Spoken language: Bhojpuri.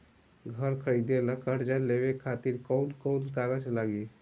घर खरीदे ला कर्जा लेवे खातिर कौन कौन कागज लागी?